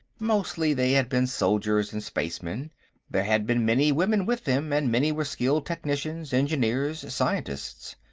mostly they had been soldiers and spacemen there had been many women with them, and many were skilled technicians, engineers, scientists.